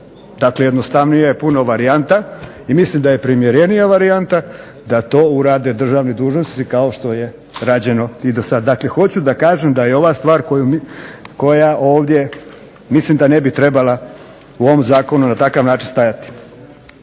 Dakle, jednostavnije je puno varijanta. I mislim da je primjerenija varijanta da to urade državni dužnosnici kao što je rađeno i do sad. Dakle, hoću da kažem da je ova stvar koja ovdje mislim da ne bi trebala u ovom zakonu na takav način stajati.